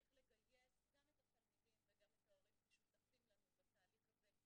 איך לגייס גם את התלמידים וגם את ההורים כשותפים לנו בתהליך הזה.